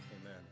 Amen